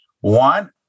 one